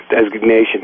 designation